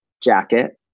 jacket